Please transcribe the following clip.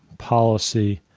policy,